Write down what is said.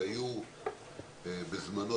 שהיו בזמנו,